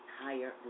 Higher